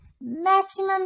maximum